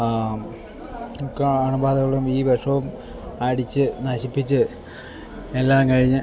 മിക്ക അണുബാധകളും ഈ വിഷവും അടിച്ച് നശിപ്പിച്ച് എല്ലാം കഴിഞ്ഞ്